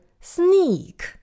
Sneak